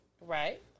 right